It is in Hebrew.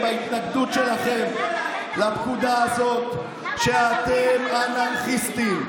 אתם הוכחתם בהתנגדות שלכם לפקודה הזאת שאתם אנרכיסטים,